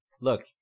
look